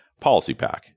PolicyPack